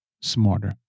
smarter